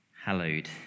Hallowed